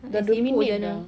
dah dua minit dah